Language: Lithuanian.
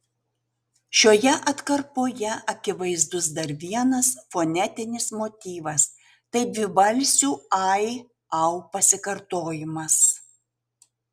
šioje atkarpoje akivaizdus dar vienas fonetinis motyvas tai dvibalsių ai au pasikartojimas